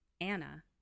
anna